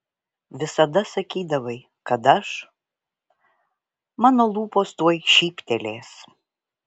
visada sakydavai kad aš mano lūpos tuoj šyptelės